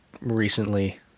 recently